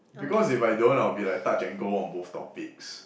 because if I don't I'll be like touch and go on both topics